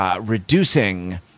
reducing